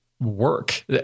work